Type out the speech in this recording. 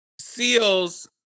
seals